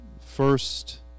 first